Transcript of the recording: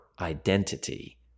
identity